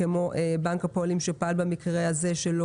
כמו במקרה של בנק הפועלים שפעל במקרה